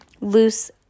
Loose